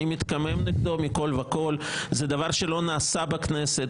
אני מתקומם נגדו מכל וכל, זה דבר שלא נעשה בכנסת.